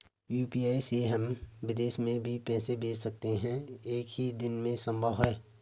UPI से हम विदेश में भी पैसे भेज सकते हैं एक ही दिन में संभव है?